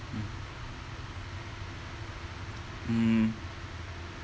mm mm